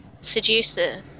Seducer*